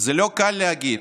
"זה לא קל להגיד,